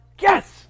Yes